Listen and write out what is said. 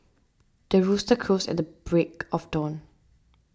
the rooster crows at the break of dawn